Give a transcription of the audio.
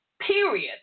Period